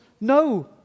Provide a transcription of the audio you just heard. no